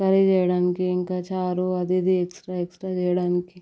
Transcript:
curry చేయడానికి ఇంకా చారు అది ఇది ఎక్స్ట్రా ఎక్స్ట్రా చేయడానికి